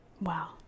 Wow